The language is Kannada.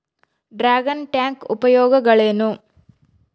ಡ್ರಾಗನ್ ಟ್ಯಾಂಕ್ ಉಪಯೋಗಗಳೇನು?